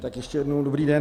Tak ještě jednou dobrý den.